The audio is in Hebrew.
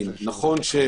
הנוסח נכון,